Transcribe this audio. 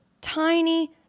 tiny